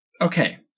Okay